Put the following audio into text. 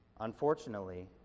unfortunately